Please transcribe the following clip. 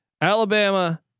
Alabama